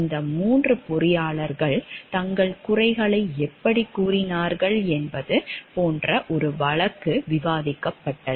இந்த 3 பொறியாளர்கள் தங்கள் குறைகளை எப்படிக் கூறினார்கள் என்பது போன்ற ஒரு வழக்கு விவாதிக்கப்பட்டது